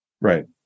Right